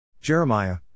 Jeremiah